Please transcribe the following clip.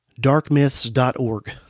darkmyths.org